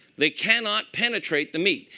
they cannot penetrate the meat.